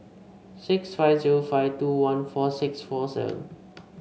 six five zero five two one four six four seven